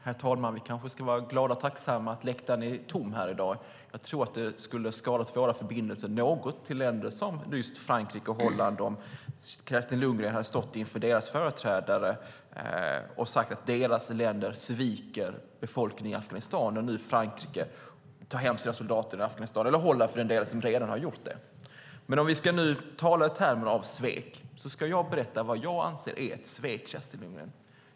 Herr talman! Vi kanske ska vara glada och tacksamma att läktaren är tom i dag. Jag tror att det skulle ha skadat våra förbindelser något till länder som just Frankrike och Holland om Kerstin Lundgren hade stått inför deras företrädare och sagt att deras länder sviker befolkningen i Afghanistan när nu Frankrike tar hem sina soldater från Afghanistan och Holland för den delen redan har gjort det. Men om vi ska tala i termer av svek ska jag berätta vad jag anser är svek, Kerstin Lundgren.